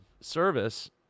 service